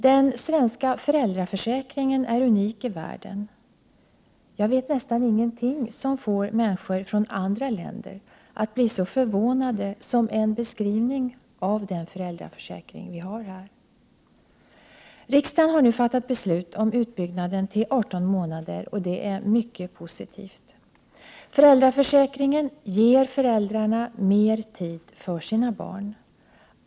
Den svenska föräldraförsäkringen är unik i världen. Jag vet nästan ingenting som får människor från andra länder att bli så förvånade som en beskrivning av den föräldraförsäkring vi har här. Riksdagen har nu fattat beslut om utbyggnaden av föräldraförsäkringen till 18 månader, och det är mycket positivt. Föräldraförsäkringen ger föräldrarna mer tid för sina barn.